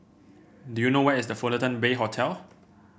do you know where is The Fullerton Bay Hotel